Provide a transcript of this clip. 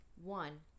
one